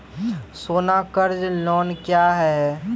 सोना कर्ज लोन क्या हैं?